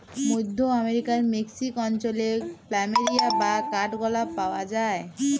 মধ্য আমরিকার মেক্সিক অঞ্চলে প্ল্যামেরিয়া বা কাঠগলাপ পাওয়া যায়